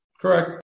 Correct